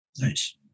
Nice